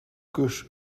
kus